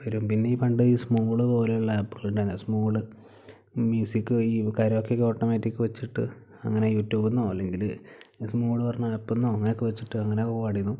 വരും പിന്നെ ഈ പണ്ട് ഈ സ്മൂൾ പോലെയുള്ള പിന്നെ സ്മൂൾ മ്യൂസിക്ക് കാരോക്കെ ഓട്ടോമാറ്റിക്ക് വെച്ചിട്ട് അങ്ങനെ യുട്യൂബിൽ നിന്നോ അല്ലെങ്കിൽ സ്മൂൽ പറഞ്ഞ ആപ്പിൽ നിന്നോ അങ്ങനെയൊക്കെ വെച്ചിട്ട് അങ്ങനെയൊക്കെ പാടിയിരുന്നു